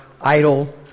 idle